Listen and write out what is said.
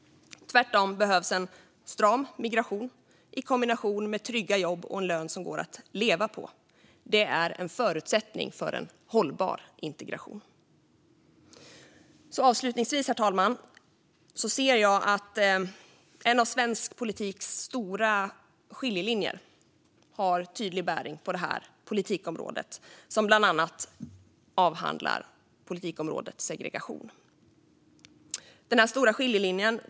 En stram migration i kombination med trygga jobb och en lön som går att leva på är en förutsättning för en hållbar integration. Herr talman! Avslutningsvis: Jag ser att en av svensk politiks stora skiljelinjer har tydlig bäring på det här politikområdet och segregationen.